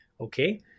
Okay